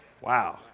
Wow